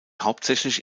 hauptsächlich